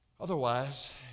Otherwise